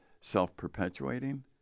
self-perpetuating